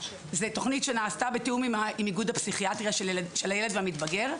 זו תוכנית שנעשתה בתיאום עם איגוד הפסיכיאטריה של הילד והמתבגר.